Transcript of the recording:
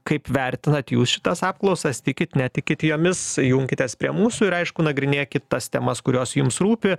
kaip vertinat jūs šitas apklausas tikit netikit jomis junkitės prie mūsų ir aišku nagrinėkit tas temas kurios jums rūpi